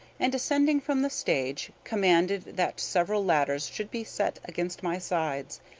and, descending from the stage, commanded that several ladders should be set against my sides,